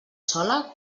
sola